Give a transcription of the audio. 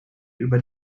über